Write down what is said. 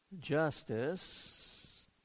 justice